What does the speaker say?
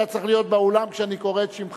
אתה צריך להיות באולם כשאני קורא בשמך,